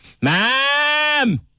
ma'am